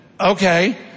okay